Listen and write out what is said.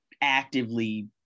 actively